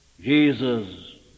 Jesus